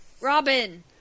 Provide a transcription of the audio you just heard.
Robin